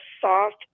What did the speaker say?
soft